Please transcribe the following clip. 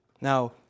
Now